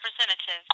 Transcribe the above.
representative